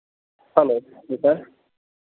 hello جی سر